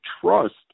trust